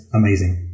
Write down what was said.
amazing